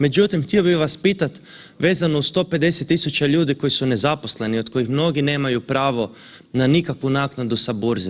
Međutim, htio bih vas pitati, vezano uz 150 tisuća ljudi koji su nezaposleni, od kojih mnogi nemaju pravo na nikakvu naknadu sa Burze.